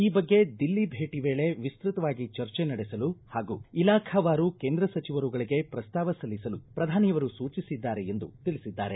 ಈ ಬಗ್ಗೆ ದಿಲ್ಲಿ ಭೇಟ ವೇಳೆ ವಿಸ್ತತವಾಗಿ ಚರ್ಚೆ ನಡೆಸಲು ಹಾಗೂ ಇಲಾಖಾವಾರು ಕೇಂದ್ರ ಸಚಿವರುಗಳಿಗೆ ಪ್ರಸ್ತಾವ ಸಲ್ಲಿಸಲು ಪ್ರಧಾನಿಯವರು ಸೂಚಿಸಿದ್ದಾರೆ ಎಂದು ತಿಳಿಸಿದ್ದಾರೆ